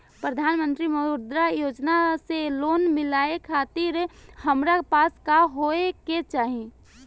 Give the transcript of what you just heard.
प्रधानमंत्री मुद्रा योजना से लोन मिलोए खातिर हमरा पास का होए के चाही?